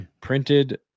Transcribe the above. printed